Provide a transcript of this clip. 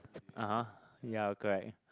(uh huh) ya correct